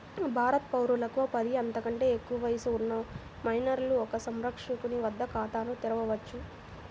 భారత పౌరులకు పది, అంతకంటే ఎక్కువ వయస్సు ఉన్న మైనర్లు ఒక సంరక్షకుని వద్ద ఖాతాను తెరవవచ్చు